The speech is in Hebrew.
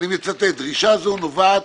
אני מצטט: "דרישה זו נובעת